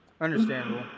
Understandable